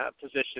position